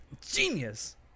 Genius